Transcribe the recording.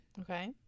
Okay